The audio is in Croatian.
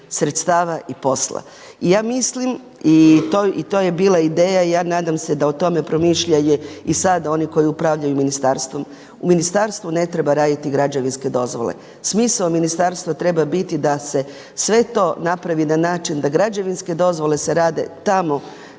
sredstava i posla. I ja mislim i to je bila ideja i ja nadam se da o tome promišljaju i sada oni koji upravljaju ministarstvom. U ministarstvu ne treba raditi građevinske dozvole. Smisao ministarstva treba biti da se sve to napravi na način da građevinske dozvole se rade tamo